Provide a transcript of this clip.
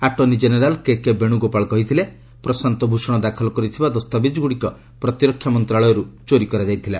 attorney general KK Venugopal କହିଥିଲେ ପ୍ରଶାନ୍ତ ଭୂଷଣ ଦାଖଲ କରିଥିବା ଦସ୍ତାବିଜ୍ଗୁଡ଼ିକ ପ୍ରତିରକ୍ଷା ମନ୍ତ୍ରଣାଳୟରୁ ଚୋରି କରାଯାଇଥିଲା